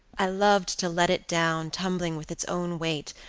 i loved to let it down, tumbling with its own weight,